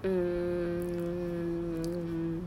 mm